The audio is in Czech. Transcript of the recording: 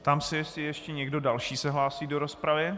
Ptám se, jestli ještě někdo další se hlásí do rozpravy.